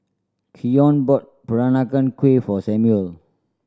Keion bought Peranakan Kueh for Samuel